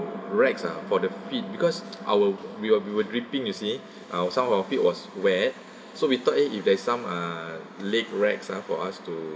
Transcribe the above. rags ah for the feet because our we were we were dripping you see our some of our feet was wet so we thought eh if there's some uh leg rags ah for us to